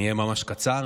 אני אהיה ממש קצר.